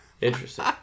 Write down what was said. Interesting